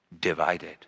divided